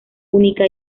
única